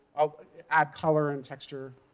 i'll add color, and texture,